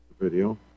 video